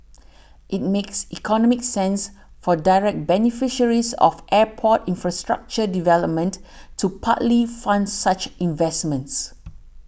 it makes economic sense for direct beneficiaries of airport infrastructure development to partly fund such investments